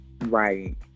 Right